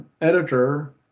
editor